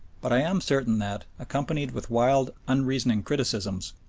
but i am certain that, accompanied with wild, unreasoning criticisms,